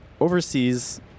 overseas